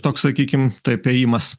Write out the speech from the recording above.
toks sakykim taip ėjimas